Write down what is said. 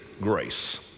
grace